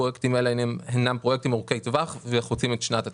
הפרויקטים האלה הינם פרויקטי טווח שחוצים את שנת התקציב.